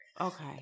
Okay